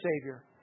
Savior